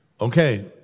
Okay